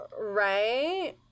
Right